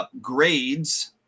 upgrades